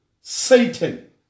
Satan